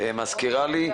מזכירה לי.